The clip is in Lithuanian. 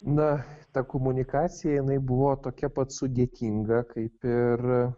na ta komunikacija jinai buvo tokia pat sudėtinga kaip ir